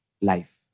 life